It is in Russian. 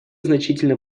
значительно